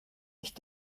ich